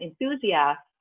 enthusiasts